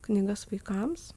knygas vaikams